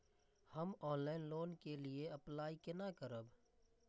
हम online loan के लिए अप्लाई केना करब?